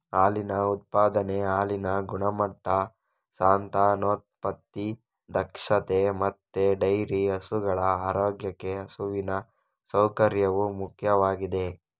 ಹಾಲಿನ ಉತ್ಪಾದನೆ, ಹಾಲಿನ ಗುಣಮಟ್ಟ, ಸಂತಾನೋತ್ಪತ್ತಿ ದಕ್ಷತೆ ಮತ್ತೆ ಡೈರಿ ಹಸುಗಳ ಆರೋಗ್ಯಕ್ಕೆ ಹಸುವಿನ ಸೌಕರ್ಯವು ಮುಖ್ಯವಾಗಿದೆ